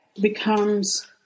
becomes